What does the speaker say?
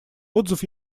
отзыв